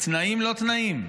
בתנאים-לא-תנאים,